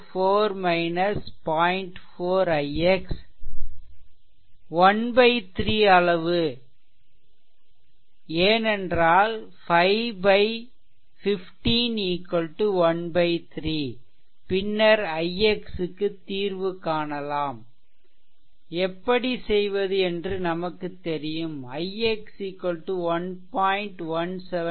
4 ix 13 அளவு ஏனென்றால் 515 13 பின்னர் ix க்கு தீர்வு காணலாம் எப்படி செய்வது என்று நமக்கு தெரியும் ix 1